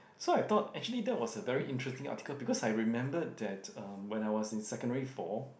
so I thought actually that was a very interesting article because I remembered that um when I was in secondary four